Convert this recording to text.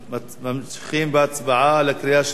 ממשיכים בהצבעה בקריאה השלישית.